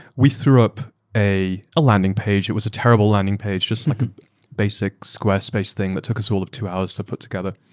we threw up a ah landing page. it was a terrible landing page, just like a basic squarespace thing that took us all of two hours to put together.